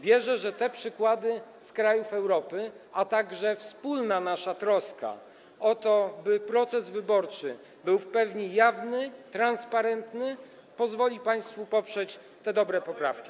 Wierzę, że te przykłady z krajów Europy, a także nasza wspólna troska o to, by proces wyborczy był w pewni jawny, transparentny, pozwoli państwu poprzeć te dobre poprawki.